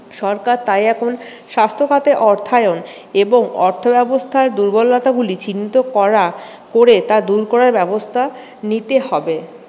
সরকার তাই এখন স্বাস্থ্যখাতে অর্থায়ন এবং অর্থ ব্যবস্থার দুর্বলতাগুলি চিহ্নিত করা করে তা দূর করার ব্যবস্থা নিতে হবে